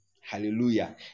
Hallelujah